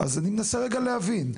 אני מנסה רגע להבין,